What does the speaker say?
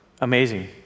Amazing